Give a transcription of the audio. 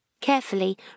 Carefully